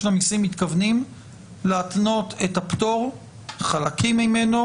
המסים מתכוונים להתנות את הפטור או חלקים ממנו